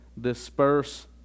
disperse